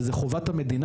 וזו חובת המדינה,